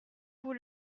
vous